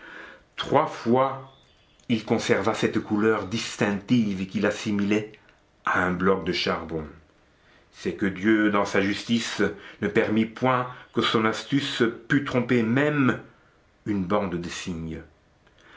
trois fois il conserva cette couleur distinctive qui l'assimilait à un bloc de charbon c'est que dieu dans sa justice ne permit point que son astuce pût tromper même une bande de cygnes